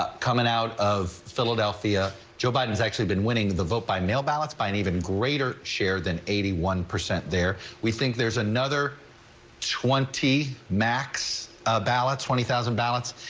coming out of philadelphia, joe biden's actually been winning the vote by mail ballots by an even greater share than eighty one percent there we think there's another twenty max ah about twenty thousand ballots.